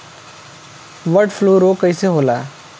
Bird flu रोग कईसे होखे?